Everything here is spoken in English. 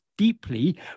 Deeply